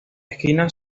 esquina